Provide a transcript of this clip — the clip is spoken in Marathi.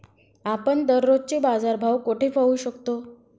आपण दररोजचे बाजारभाव कोठे पाहू शकतो?